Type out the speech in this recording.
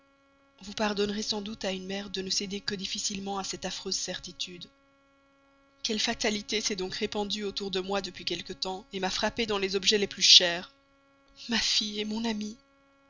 vous pardonnerez sans doute à une mère de ne céder que difficilement à cette affreuse certitude quelle fatalité s'est donc répandue autour de moi depuis quelque temps m'a frappée dans les objets les plus chers ma fille mon amie